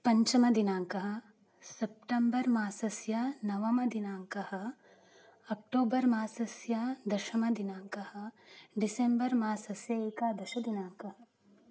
पञ्चमदिनाङ्कः सप्टम्बर् मासस्य नवमदिनाङ्कः अक्टोबर् मासस्य दशमदिनाङ्कः डिसेम्बर् मासस्य एकादशदिनाङ्कः